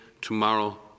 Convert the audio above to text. tomorrow